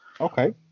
Okay